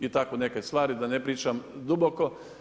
I tako neke stvari, da ne pričam duboko.